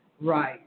Right